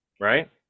right